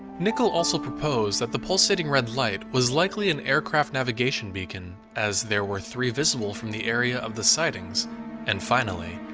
nickell also proposed that the pulsating red light was likely an aircraft navigation beacon, as there were three visible from the area of the sightings and finally,